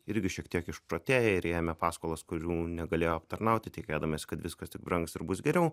irgi šiek tiek išprotėję ir ėmė paskolas kurių negalėjo aptarnauti tikėdamiesi kad viskas tik brangs ir bus geriau